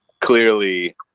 Clearly